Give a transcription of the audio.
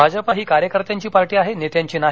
भाजपा ही कार्यकर्त्यांची पार्टी आहे नेत्यांची नाही